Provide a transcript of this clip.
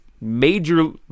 Major